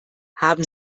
haben